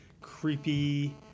creepy